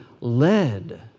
led